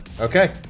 Okay